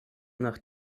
nach